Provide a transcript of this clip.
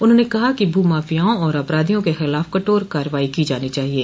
उन्होंने कहा कि भूमाफियाओं और अपराधियों के खिलाफ कठोर कार्रवाई की जानी चाहिये